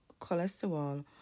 cholesterol